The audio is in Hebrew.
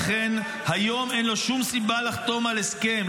לכן היום אין לו שום סיבה לחתום על הסכם.